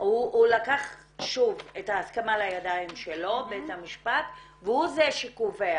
בית המשפט לקח שוב את ההסכמה לידיים שלו והוא זה שקובע,